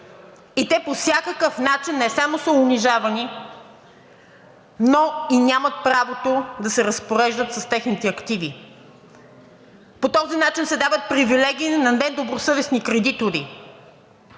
и те по всякакъв начин не само са унижавани, но и нямат правото да се разпореждат с техните активи. По този начин се дават привилегии на недобросъвестни кредитори.